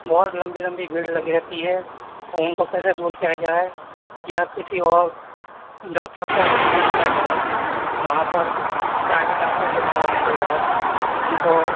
بہت لمبی لمبی بھیڑ لگی رہتی ہے ان کو کیسے دور کیا جائے یا کسی اور ڈاکٹر کا ارینجمنٹ کرا جائے وہاں پر پرائیویٹ ڈاکٹر کو بٹھا لینے کے بعد ان کو